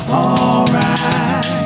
alright